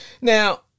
Now